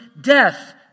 death